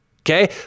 okay